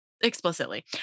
explicitly